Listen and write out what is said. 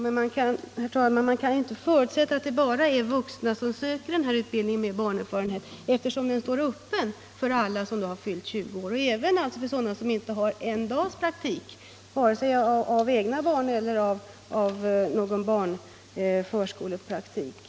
Herr talman! Man kan inte förutsätta att det bara är vuxna människor som söker sig till denna utbildning, eftersom den står öppen för alla som har fyllt 20 år — alltså även för sådana som inte har en enda dags erfarenhet av egna barn eller som har förskolepraktik.